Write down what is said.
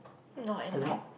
not enough